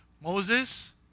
Moses